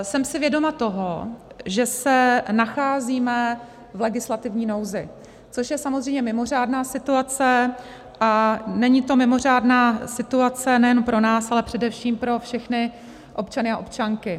Jsem si vědoma toho, že se nacházíme v legislativní nouzi, což je samozřejmě mimořádná situace, a není to mimořádná situace jen pro nás, ale především pro všechny občany a občanky.